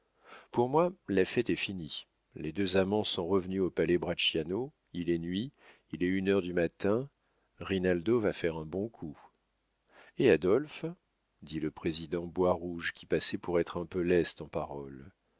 pour moi la fête est finie les deux amants sont revenus au palais bracciano il est nuit il est une heure du matin rinaldo va faire un bon coup et adolphe dit le président boirouge qui passait pour être un peu leste en paroles